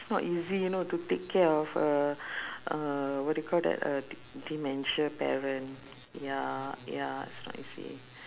it's not easy you know to take care of uh uh what you call that a d~ dementia parent ya ya it's not easy